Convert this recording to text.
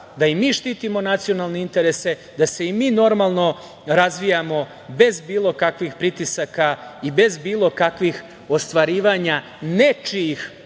da i mi štitimo nacionalne interese, da se i mi normalno razvijamo, bez bilo kakvih pritisaka i bez bilo kakvih ostvarivanja nečijih